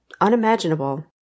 unimaginable